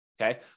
okay